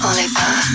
Oliver